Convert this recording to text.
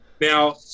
Now